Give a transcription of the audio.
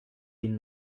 den